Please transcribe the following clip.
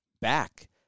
back